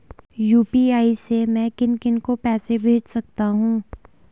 UPI से मैं किन किन को पैसे भेज सकता हूँ?